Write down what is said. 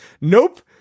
Nope